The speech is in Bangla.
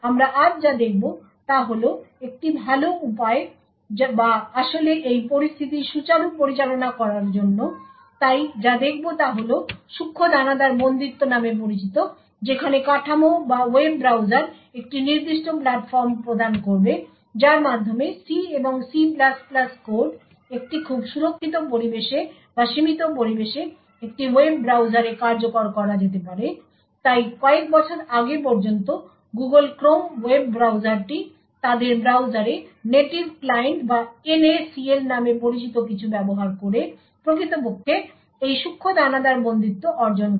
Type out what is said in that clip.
আমরা আজ যা দেখব তা হল একটি ভাল উপায় বা আসলে এই পরিস্থিতির সুচারু পরিচালনা করার জন্য তাই যা দেখব তা হল সূক্ষ্ম দানাদার বন্দিত্ব নামে পরিচিত যেখানে কাঠামো বা ওয়েব ব্রাউজার একটি নির্দিষ্ট প্ল্যাটফর্ম প্রদান করবে যার মাধ্যমে C এবং C কোড একটি খুব সুরক্ষিত পরিবেশে বা সীমিত পরিবেশে একটি ওয়েব ব্রাউজারে কার্যকর করা যেতে পারে তাই কয়েক বছর আগে পর্যন্ত Google Chrome ওয়েব ব্রাউজারটি তাদের ব্রাউজারে নেটিভ ক্লায়েন্ট বা NACL নামে পরিচিত কিছু ব্যবহার করে প্রকৃতপক্ষে এই সূক্ষ্ম দানাদার বন্দিত্ব অর্জন করে